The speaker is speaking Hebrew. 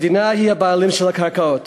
המדינה היא הבעלים של הקרקעות.